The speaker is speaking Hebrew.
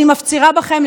אני מפצירה בכם,